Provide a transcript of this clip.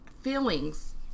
feelings